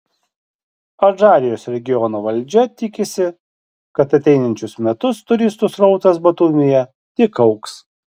adžarijos regiono valdžia tikisi kad ateinančius metus turistų srautas batumyje tik augs